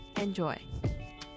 Enjoy